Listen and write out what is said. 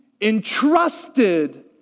entrusted